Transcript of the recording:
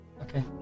Okay